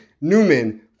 Newman